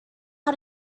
how